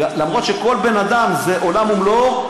אפילו שכל בן אדם זה עולם ומלואו,